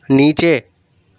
نیچے